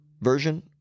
version